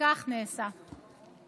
וכך נעשה.